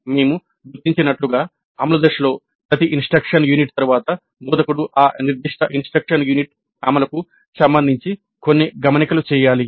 మేము గుర్తించినట్లుగా అమలు దశలో ప్రతి ఇన్స్ట్రక్షన్ యూనిట్ తరువాత బోధకుడు ఆ నిర్దిష్ట ఇన్స్ట్రక్షన్ యూనిట్ అమలుకు సంబంధించి కొన్ని గమనికలు చేయాలి